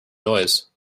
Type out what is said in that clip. noise